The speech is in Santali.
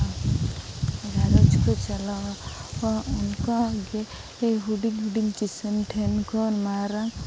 ᱜᱷᱟᱨᱚᱸᱡᱽ ᱠᱚ ᱪᱟᱞᱟᱣᱟ ᱚᱱᱠᱟᱜᱮ ᱦᱩᱰᱤᱧ ᱦᱩᱰᱤᱧ ᱠᱤᱥᱟᱹᱱ ᱴᱷᱮᱱ ᱠᱷᱚᱱ ᱢᱟᱨᱟᱝ